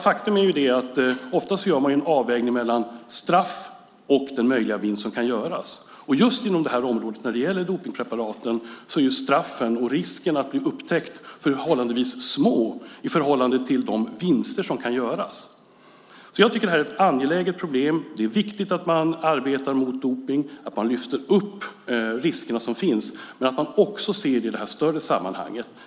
Faktum är nämligen att man ofta gör en avvägning mellan straff och den möjliga vinst som kan göras, och just på området dopningspreparat är straffen och riskerna att bli upptäckt förhållandevis små jämfört med de vinster som kan göras. Jag tycker alltså att detta är ett angeläget problem. Det är viktigt att man arbetar mot dopning, lyfter upp de risker som finns och också ser det i ett större sammanhang.